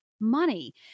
money